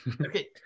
Okay